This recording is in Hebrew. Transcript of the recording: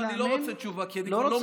אני לא רוצה תשובה, לא רוצה תשובה?